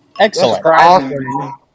Excellent